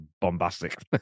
bombastic